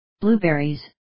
Blueberries